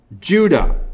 Judah